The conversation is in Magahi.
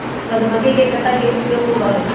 मधुमक्खी के छत्ता के का उपयोग होबा हई?